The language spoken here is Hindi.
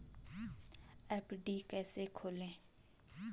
एफ.डी कैसे खोलें?